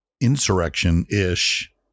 insurrection-ish